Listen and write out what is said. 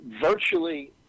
virtually